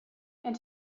and